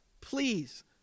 Please